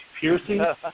Piercing